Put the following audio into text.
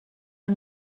and